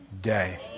day